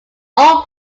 own